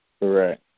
Right